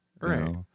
Right